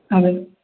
അതെ